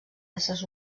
éssers